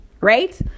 Right